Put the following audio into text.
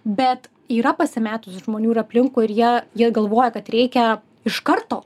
bet yra pasimetusių žmonių ir aplinkui ir jie jie galvoja kad reikia iš karto